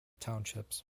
townships